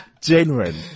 Genuine